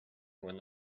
when